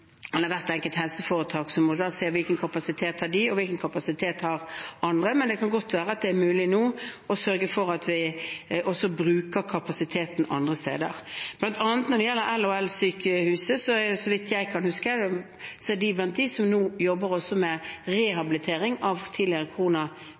se hvilken kapasitet de har, og hvilken kapasitet andre har, men det kan godt være det er mulig nå å sørge for at vi også bruker kapasiteten andre steder. Blant annet når det gjelder LHL-sykehuset, er det, så vidt jeg kan huske, blant dem som nå også jobber med rehabilitering av tidligere koronapasienter, som et eget oppdrag, fordi det er en del pasienter som